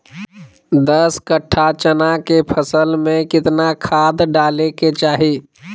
दस कट्ठा चना के फसल में कितना खाद डालें के चाहि?